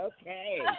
okay